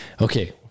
okay